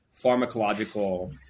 pharmacological